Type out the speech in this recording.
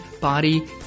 body